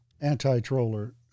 anti-troller